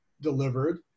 delivered